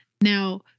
Now